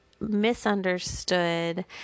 misunderstood